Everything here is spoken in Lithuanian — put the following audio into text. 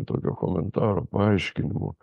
tokio komentaro paaiškinimo